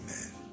Amen